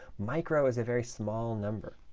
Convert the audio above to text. micro is a very small number.